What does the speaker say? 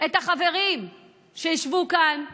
את החברים שישבו כאן בהמשך.